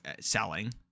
selling